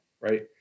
right